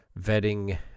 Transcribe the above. vetting